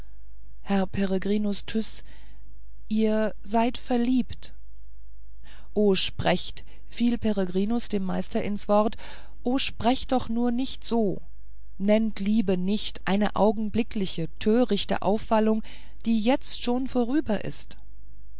herr peregrinus tyß ihr seid verliebt o sprecht fiel peregrinus dem meister ins wort o sprecht doch nur nicht so nennt liebe nicht eine augenblickliche törichte aufwallung die schon jetzt vorüber ist